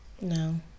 No